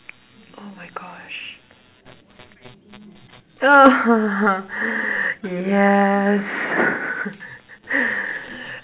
oh my gosh yes